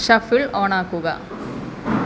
shuffle ഓണാക്കുക